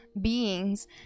beings